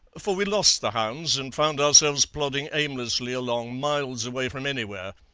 for we lost the hounds, and found ourselves plodding aimlessly along miles away from anywhere.